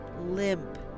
limp